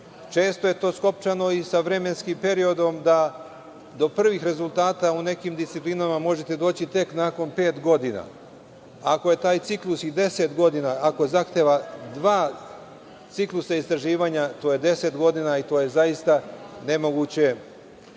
Često je to skopčano i sa vremenskim periodom da do prvih rezultata o nekim disciplinama možete doći tek nakon pet godina. Ako je taj ciklus i 10 godina, ako zahteva dva ciklusa istraživanja, to je 10 godina i to je zaista nemoguće